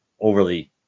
overly